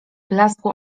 blasku